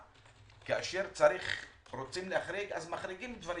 כאשר רוצים להחריג אז מחריגים דברים